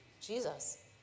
Jesus